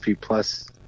plus